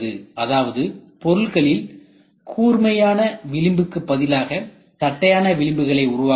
அதாவது பொருள்களில் கூர்மையான விளிம்புக்கு பதிலாக தட்டையான விளிம்புகளை உருவாக்க வேண்டும்